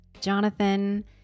Jonathan